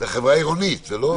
זו חברה עירונית, לא?